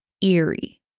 eerie